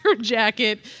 jacket